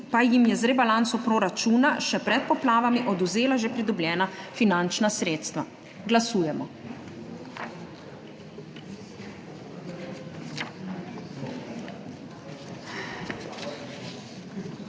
pa jim je z rebalansom proračuna še pred poplavami odvzela že pridobljena finančna sredstva. Glasujemo.